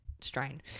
strain